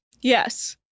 Yes